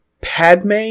padme